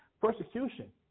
persecution